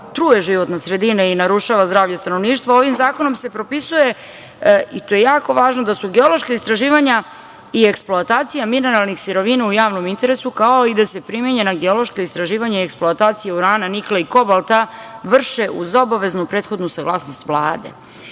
truje životna sredina i narušava zdravlje stanovništva, ovim zakonom se propisuje, i to je jako važno, da su geološka istraživanja i eksploatacija mineralnih sirovina u javnom interesu, kao i da se primenjena geološka istraživanja eksploatacije urana, nikla i kobalta vrše uz obaveznu prethodnu saglasnost Vlade.